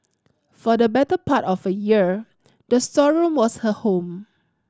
for the better part of a year the storeroom was her home